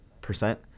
percent